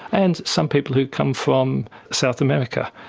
and some people who come from south america,